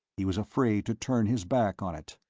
he was afraid to turn his back on it.